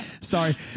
Sorry